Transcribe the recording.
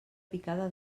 picada